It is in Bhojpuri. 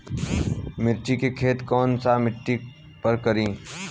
मिर्ची के खेती कौन सा मिट्टी पर करी?